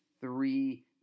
three